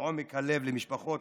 מעומק הלב למשפחות